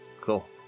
cool